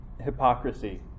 hypocrisy